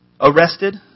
Arrested